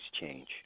change